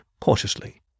cautiously